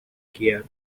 gear